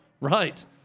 Right